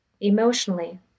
emotionally